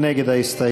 מי נגד ההסתייגות?